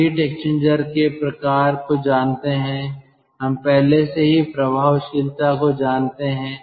हम heat exchanger के प्रकार को जानते हैं हम पहले से ही प्रभावशीलता को जानते हैं